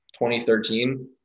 2013